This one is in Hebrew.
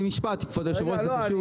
משפט אחד, אדוני היושב-ראש, זה חשוב.